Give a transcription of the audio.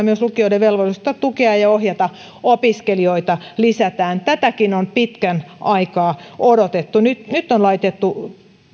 myös lukioiden velvollisuutta tukea ja ohjata opiskelijoita lisätään tätäkin on pitkän aikaa odotettu nyt nyt on laitettu